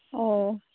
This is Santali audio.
ᱚ